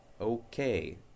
okay